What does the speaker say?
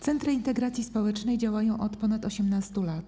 Centra integracji społecznej działają od ponad 18 lat.